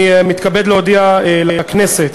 אני מתכבד להודיע לכנסת,